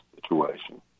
situation